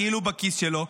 כאילו בכיס שלו.